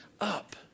up